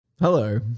hello